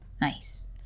Nice